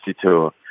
tour